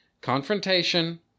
Confrontation